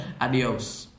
Adios